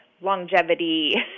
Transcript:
longevity